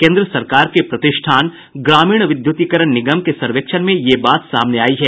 केन्द्र सरकार के प्रतिष्ठान ग्रामीण विद्युतीकरण निगम के सर्वेक्षण में यह बात सामने आई है